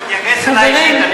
הוא התייחס אלי אישית.